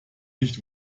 nicht